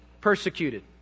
persecuted